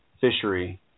fishery